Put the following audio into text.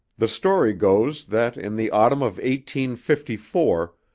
the story goes that in the autumn of one fifty four,